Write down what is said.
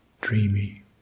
dreamy